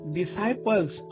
disciples